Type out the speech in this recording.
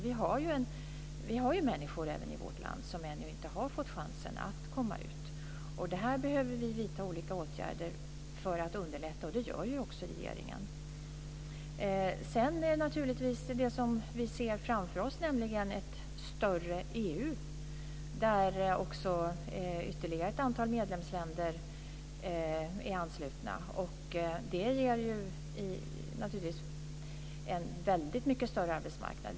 Vi har människor i vårt land som ännu inte har fått chansen att komma ut. Vi behöver vidta olika åtgärder för att underlätta. Det gör också regeringen. Vi ser framför oss ett större EU, där också ett ytterligare antal medlemsländer är anslutna. Det ger ju naturligtvis en väldigt mycket större arbetsmarknad.